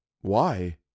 Why